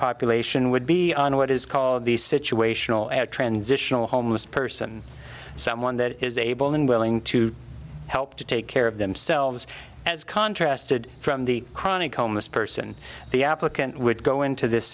population would be on what is called the situational at transitional homeless person someone that is able and willing to help to take care of themselves as contrast did from the chronic homeless person the applicant would go into this